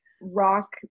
rock